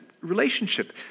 relationship